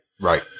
Right